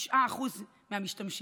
9% מהמשתמשים.